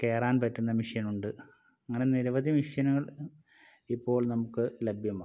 കയറാൻ പറ്റുന്ന മെഷീൻ ഉണ്ട് അങ്ങനെ നിരവധി മെഷീനുകൾ ഇപ്പോൾ നമുക്ക് ലഭ്യമാണ്